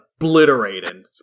obliterated